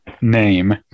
name